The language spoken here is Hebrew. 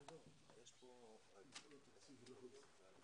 הישיבה הסתיימה.